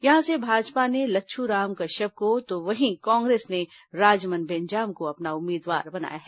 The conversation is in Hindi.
यहां से भाजपा ने लच्छुराम कश्यप को तो वहीं कांग्रेस ने राजमन बेंजाम को अपना उम्मीदवार बनाया है